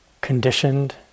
conditioned